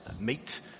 meet